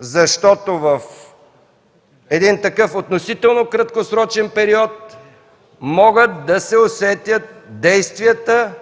защото в един такъв относително краткосрочен период могат да се усетят действията